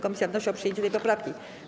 Komisja wnosi o przyjęcie tej poprawki.